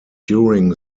during